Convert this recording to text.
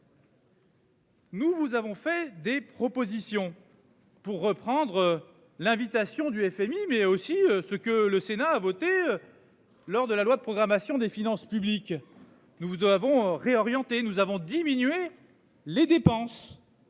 Nous vous avons fait des propositions pour reprendre l'invitation du FMI mais aussi ce que le Sénat a voté. Lors de la loi de programmation des finances publiques. Nous vous avons réorienté nous avons diminué les dépenses.